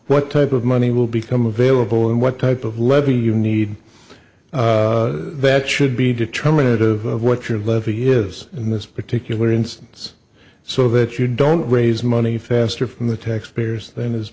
what type of money will become available and what type of levy you need that should be determinative of what your levy is in this particular instance so that you don't raise money faster from the taxpayers than is